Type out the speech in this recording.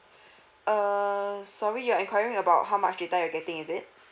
err sorry you're inquiring about how much data you're getting is it